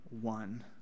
one